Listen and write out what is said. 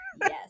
Yes